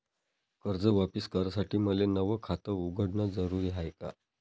कर्ज वापिस करासाठी मले नव खात उघडन जरुरी हाय का?